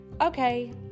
Okay